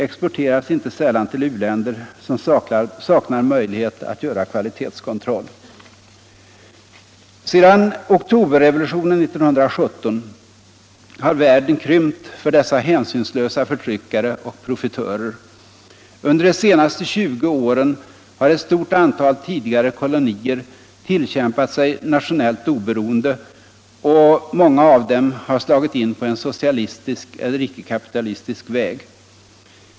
exporteras inte sällan till u-länder, som saknar möjlighet att göra kvalitetskontroll.” Sedan oktoberrevolutionen 1917 har världen krympt för dessa hänsynslösa förtryckare och profitörer. Under de senaste 20 åren har ett stort antal tidigare kolonier tillkämpat sig internationellt oberoende, och många av dem har stagit in på en socialistisk eller icke-kapitalistisk väg.